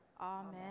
Amen